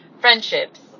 friendships